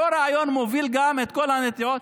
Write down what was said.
אותו רעיון מוביל גם את כל הנטיעות.